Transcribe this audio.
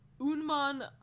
Unman